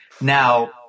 Now